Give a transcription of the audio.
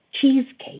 cheesecake